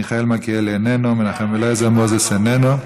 מיכאל מלכיאלי, איננו, מנחם אליעזר מוזס, איננו.